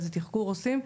איזה תחקור עושים.